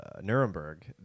Nuremberg